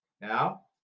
Now